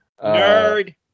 Nerd